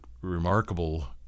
remarkable